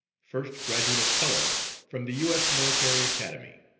first graduate of color from the u s. military academy